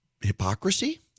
hypocrisy